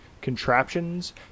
contraptions